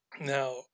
Now